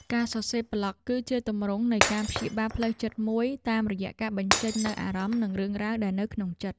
ការសរសេរប្លក់គឺជាទម្រង់នៃការព្យាបាលផ្លូវចិត្តមួយ តាមរយៈការបញ្ចេញនូវអារម្មណ៍ និងរឿងរ៉ាវដែលនៅក្នុងចិត្ត។